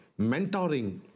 mentoring